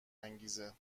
انگیزه